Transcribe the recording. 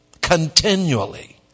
continually